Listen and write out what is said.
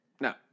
No